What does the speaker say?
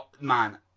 man